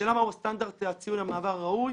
השאלה מהו סטנדרט ציון המעבר הראוי.